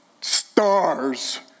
stars